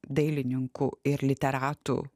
dailininkų ir literatų